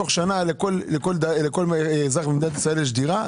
תוך שנה לכל אזרח במדינת ישראל יש דירה,